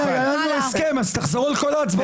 אושרו.